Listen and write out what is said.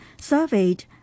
surveyed